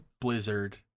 Blizzard